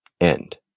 end